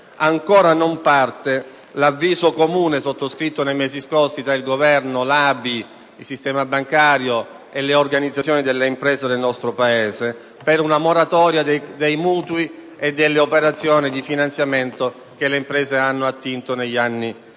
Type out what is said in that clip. applicato l'avviso comune, sottoscritto nei mesi scorsi tra il Governo, l'ABI, il sistema bancario e le organizzazioni delle imprese nel nostro Paese, per una moratoria dei mutui e delle operazioni di finanziamento a cui le imprese hanno attinto negli anni passati.